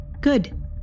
Good